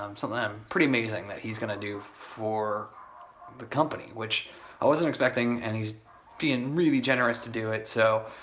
um something um pretty amazing that he's gonna do for the company, which i wasn't expecting and he's being really generous to do it. so,